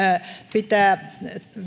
pitää